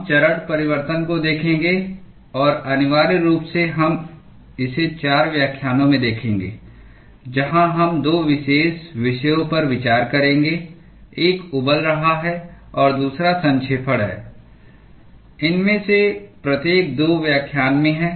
हम चरण परिवर्तन को देखेंगे और अनिवार्य रूप से हम इसे 4 व्याख्यानों में देखेंगे जहां हम 2 विशेष विषयों पर विचार करेंगे एक उबल रहा है और दूसरा संक्षेपण है इनमें से प्रत्येक 2 व्याख्यान में है